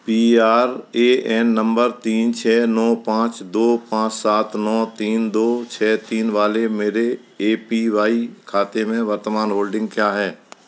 P R A N number तीन छः नौ पाँच दो पाँच सात नौ तीन दो छः तीन वाले मेरे ए पी वाई खाते में वर्तमान होल्डिंग क्या है